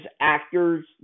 actors